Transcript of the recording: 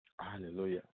Hallelujah